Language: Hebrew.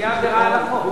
זו תהיה עבירה על החוק.